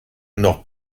noch